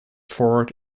forward